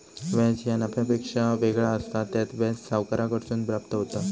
व्याज ह्या नफ्यापेक्षा वेगळा असता, त्यात व्याज सावकाराकडसून प्राप्त होता